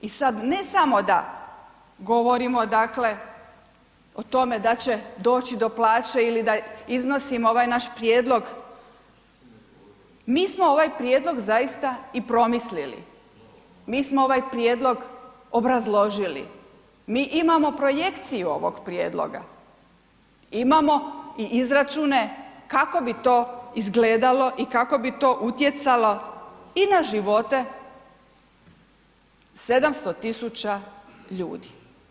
I sad ne samo da govorimo dakle o tome da će doći do plaće ili da iznosimo ovaj naš prijedlog, mi smo ovaj prijedlog zaista i promislili, mi smo ovaj prijedlog obrazložili, mi imamo projekciju ovoga prijedloga, imamo i izračune kako bi to izgledalo i kako bi to utjecalo i na živote 700 tisuća ljudi.